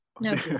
No